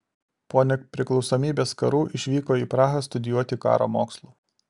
po nepriklausomybės karų išvyko į prahą studijuoti karo mokslų